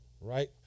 Right